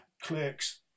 clerks